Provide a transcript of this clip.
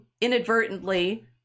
inadvertently